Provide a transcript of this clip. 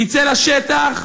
נצא לשטח,